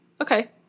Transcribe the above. Okay